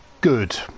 Good